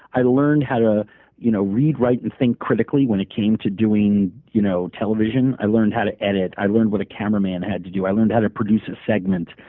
i learned how to you know read, write, and think critically when it came to doing you know television. i learned how to edit. i learned what a cameraman had to do. i learned how to produce a segment.